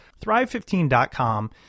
Thrive15.com